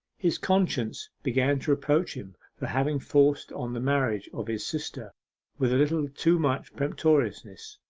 his conscience began to reproach him for having forced on the marriage of his sister with a little too much peremptoriness.